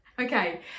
Okay